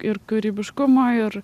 ir kūrybiškumo ir